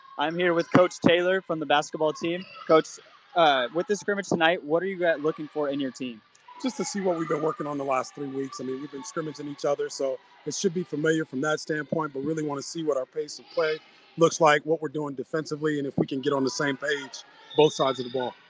i'm here with coach taylor from the basketball team coach with the scrimmage tonight what are you guys looking for in your team just to see what we've been working on the last three weeks and i mean you've been scrimmage at each other so it should be familiar from that standpoint but really want to see what our pace of play looks like what we're doing defensively and if we can get on the same page both sides of the ball.